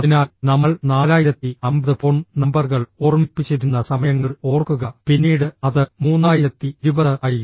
അതിനാൽ നമ്മൾ 4050 ഫോൺ നമ്പറുകൾ ഓർമ്മിപ്പിച്ചിരുന്ന സമയങ്ങൾ ഓർക്കുക പിന്നീട് അത് 3020 ആയി